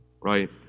right